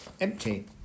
empty